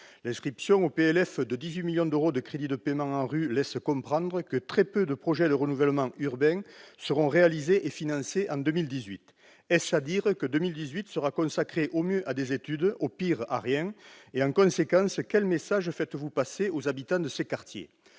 finances pour 2018 de 15 millions d'euros de crédits de paiement pour l'ANRU laisse comprendre que très peu de projets de renouvellement urbain seront réalisés et financés en 2018. Est-ce à dire que l'année 2018 sera consacrée au mieux à des études, au pire à rien ? S'il en est ainsi, quel message faites-vous passer aux habitants de ces quartiers ?